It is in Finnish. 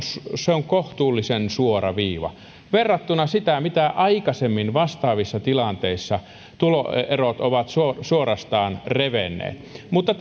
se on kohtuullisen suora viiva verrattuna siihen miten aikaisemmin vastaavissa tilanteissa tuloerot ovat suorastaan revenneet mutta